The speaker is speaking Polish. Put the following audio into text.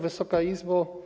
Wysoka Izbo!